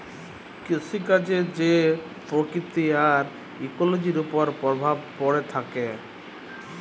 কিসিকাজের যে পরকিতি আর ইকোলোজির উপর পরভাব প্যড়ে থ্যাকে